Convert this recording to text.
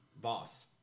Boss